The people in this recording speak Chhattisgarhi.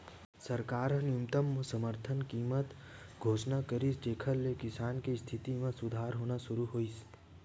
सरकार ह न्यूनतम समरथन कीमत घोसना करिस जेखर ले किसान के इस्थिति म सुधार होना सुरू होइस